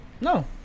No